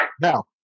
Now